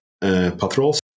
patrols